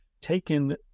taken